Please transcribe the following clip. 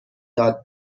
داد